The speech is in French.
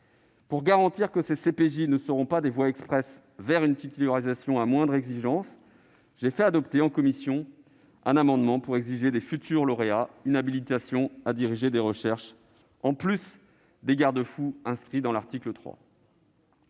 Pour garantir que ces CPJ ne seront pas des voies expresses vers une titularisation à moindre exigence, j'ai fait adopter en commission un amendement pour exiger des futurs lauréats une habilitation à diriger des recherches en plus des garde-fous inscrits dans l'article 3.